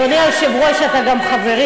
אדוני היושב-ראש, אתה גם חברי.